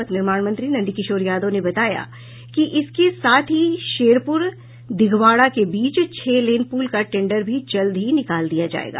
पथ निर्माण मंत्री नंदकिशोर यादव ने बताया कि इसके साथ ही शेरपुर दिघवारा के बीच छह लेन पुल का टेंडर भी जल्द ही निकाल दिया जायेगा